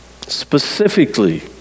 specifically